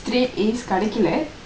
straight As கிடைக்கல:kidaikala